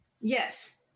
Yes